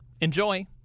Enjoy